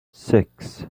six